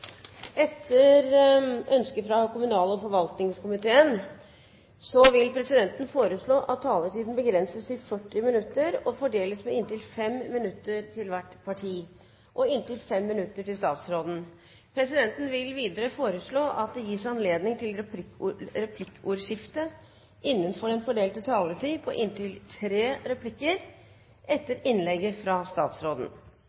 Etter ønske fra kommunal- og forvaltningskomiteen vil presidenten foreslå at taletiden begrenses til 40 minutter og fordeles med inntil 5 minutter til hvert parti og inntil 5 minutter til statsråden. Videre vil presidenten foreslå at det gis anledning til replikkordskifte på inntil tre replikker med svar etter innlegget fra statsråden innenfor den fordelte taletid,